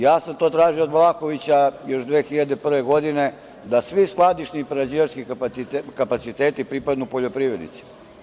Ja sam to tražio od Vlahovića još 2001. godine, da svi skladišni prerađivački kapaciteti pripadnu poljoprivrednicima.